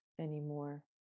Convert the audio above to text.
anymore